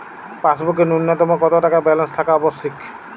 পাসবুকে ন্যুনতম কত টাকা ব্যালেন্স থাকা আবশ্যিক?